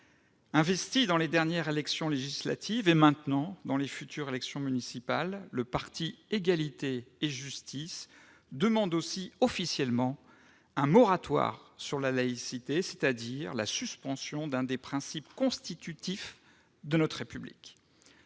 Investi dans les dernières élections législatives et, maintenant, pour les futures élections municipales, le parti égalité et justice demande aussi officiellement un moratoire sur la laïcité, c'est-à-dire la suspension d'un des principes constitutifs de notre République.